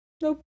Nope